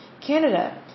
Canada